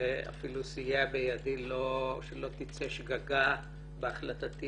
שאפילו סייע בידי שלא תצא שגגה בהחלטתי